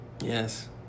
Yes